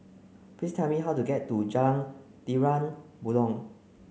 please tell me how to get to Jalan Terang Bulan